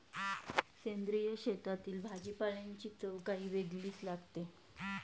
सेंद्रिय शेतातील भाजीपाल्याची चव काही वेगळीच लागते